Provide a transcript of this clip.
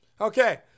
Okay